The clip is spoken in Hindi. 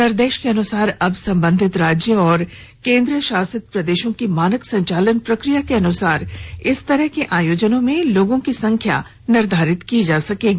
निर्देश के अनुसार अब संवधित राज्य और केंद्रशासित प्रदेशों की मानक संचालन प्रक्रिया के अनुसार इस तरह के आयोजनों में लोगों की संख्या निर्धारित की जा सकेगी